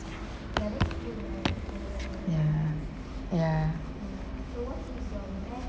ya ya